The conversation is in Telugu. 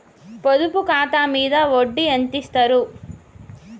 పొదుపు ఖాతా మీద వడ్డీ ఎంతిస్తరు?